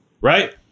right